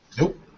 Nope